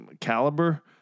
caliber